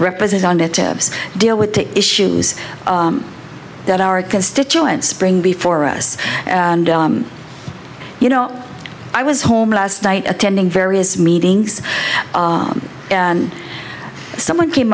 representatives deal with the issues that our constituents bring before us and you know i was home last night attending various meetings and someone came